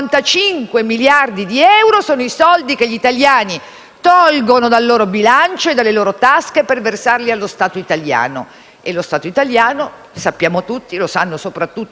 tolgono dal loro bilancio e dalle loro tasche per versarli allo Stato italiano e sappiamo tutti - lo sanno soprattutto i cittadini italiani - cosa lo Stato